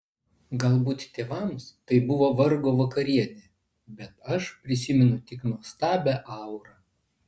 galbūt tėvams tai buvo vargo vakarienė bet aš prisimenu tik nuostabią aurą